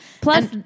Plus